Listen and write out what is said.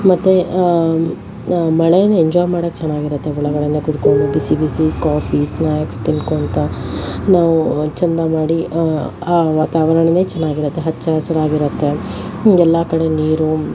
ಮತ್ತೆ ಮಳೆನ ಎಂಜಾಯ್ ಮಾಡೋಕ್ಕೆ ಚೆನ್ನಾಗಿರುತ್ತೆ ಒಳಗಡೆನೇ ಕೂತ್ಕೊಂಡು ಬಿಸಿ ಬಿಸಿ ಕಾಫಿ ಸ್ನ್ಯಾಕ್ಸ್ ತಿನ್ಕೋತಾ ನಾವು ಚಂದ ಮಾಡಿ ಆ ವಾತಾವರಣನೇ ಚೆನ್ನಾಗಿರತ್ತೆ ಹಚ್ಚ ಹಸಿರಾಗಿರತ್ತೆ ಎಲ್ಲ ಕಡೆ ನೀರು